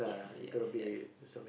yes yes yes